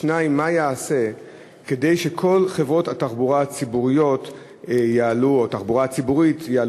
2. מה ייעשה כדי שכל חברות התחבורה הציבוריות יעלו למירון?